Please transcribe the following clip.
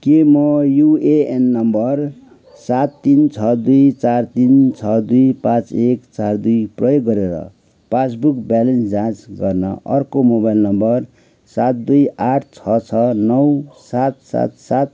के म यु ए एन नम्बर सात तिन छ दुई चार तिन छ दुई पाँच एक चार दुई प्रयोग गरेर पासबुक ब्यालेन्स जाँच गर्न अर्को मोबाइल नम्बर सात दुई आठ छ छ नौ सात सात सात